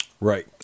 Right